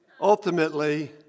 ultimately